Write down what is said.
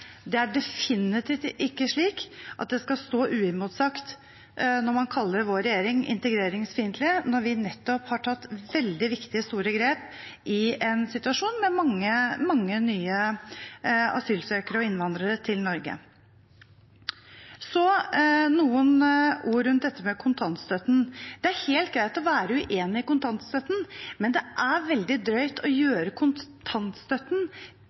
Det skal definitivt ikke stå uimotsagt at man kaller vår regjering integreringsfiendtlig, når vi nettopp har tatt veldig viktige, store grep i en situasjon med mange nye asylsøkere og innvandrere til Norge. Så noen ord rundt dette med kontantstøtten: Det er helt greit å være uenig i kontantstøtten, men det er veldig drøyt å gjøre kontantstøtten